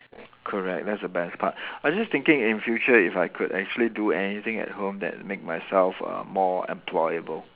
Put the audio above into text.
correct that's the best part but I was just thinking in future if I could actually do anything at home that make myself uh more employable